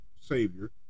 Savior